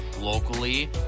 locally